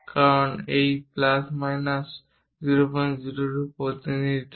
কারণ এই প্লাস বা বিয়োগ 002 প্রতিনিধিত্ব করে